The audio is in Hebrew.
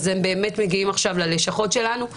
הם באמת מגיעים עכשיו ללשכות שלנו.